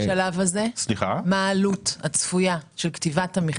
מה העלות הצפויה של כתיבת המכרז?